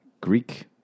Greek